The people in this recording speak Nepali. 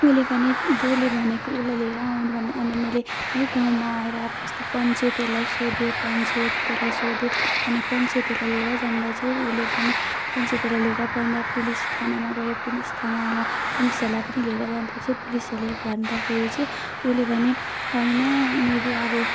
उसले भने जोडले भनेको उसलाई लिएर आउनु भनेर अनि मैले है गाउँमा आएर यस्तो पञ्चायतहरूलाई सोधेँ पञ्चायतहरूलाई सोधेँ अनि पञ्चायतहरूलाई लिएर जाँदा चाहिँ उसले भने पञ्चायतहरूलाई लिएर जाँदा पुलिस थानामा गएँ पुलिस थानालाई पुलिसहरूलाई पनि लिएर जाँदा चाहिँ पुलिसहरूले भन्दाखेरि चाहिँ उसले भने होइन मैले अब